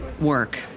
work